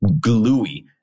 gluey